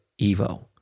Evo